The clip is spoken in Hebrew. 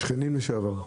שכנים לשעבר.